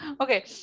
Okay